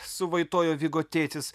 suvaitojo vigo tėtis